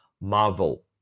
Marvel